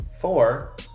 four